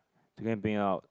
together bring out